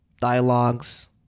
dialogues